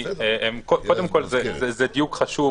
קודם כל, זה דיוק חשוב